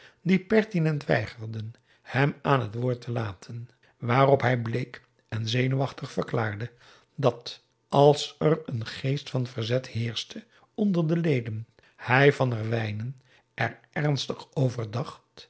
die pertinent weigerden hem aan het woord te laten waarop hij bleek en zenuwachtig verklaarde dat als er een geest van verzet heerschte onder de leden hij van herwijnen er ernstig over